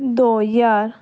ਦੋ ਹਜ਼ਾਰ